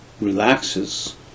relaxes